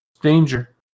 Danger